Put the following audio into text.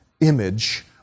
image